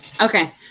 okay